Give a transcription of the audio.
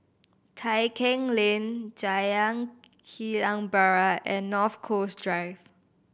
Tai Keng Lane Jalan Kilang Barat and North Coast Drive